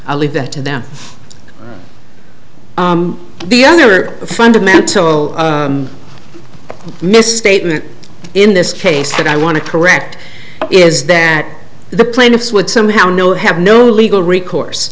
i'll leave that to them the other fundamental misstatement in this case that i want to correct is that the plaintiffs would somehow no have no legal recourse